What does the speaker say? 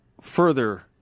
further